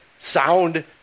sound